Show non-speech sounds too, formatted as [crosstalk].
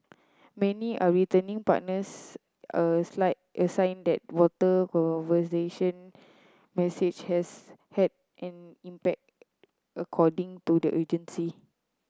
many are returning partners a [unintelligible] a sign that water [unintelligible] message has had an impact according to the agency